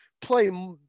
play